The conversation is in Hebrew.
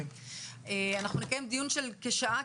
נקיים דיון של כשעה.